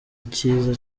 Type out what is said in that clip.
icyiza